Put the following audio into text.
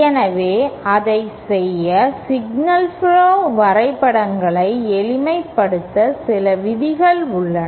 எனவே அதைச் செய்ய சிக்னல் புளோ வரைபடங்களை எளிமைப்படுத்த சில விதிகள் உள்ளன